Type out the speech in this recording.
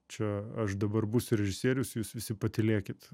čia aš dabar būsiu režisierius jūs visi patylėkit